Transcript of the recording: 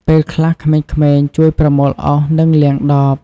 ពេលខ្លះក្មេងៗជួយប្រមូលអុស និងលាងដប។